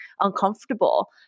uncomfortable